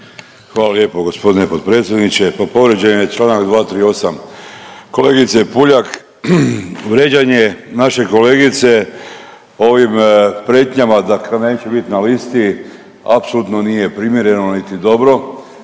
Hvala lijepo gospodine potpredsjedniče. Pa povrijeđen je članak 238. Kolegice Puljak vrijeđanje naše kolegice ovim prijetnjama da neće biti na listi apsolutno nije primjereno niti dobro.